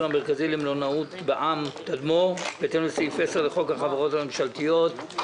המרכזי למלונאות בע"מ (תדמור) בהתאם לסעיף 10 לחוק החברות הממשלתיות.